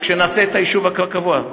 כשנעשה את היישוב הקבוע,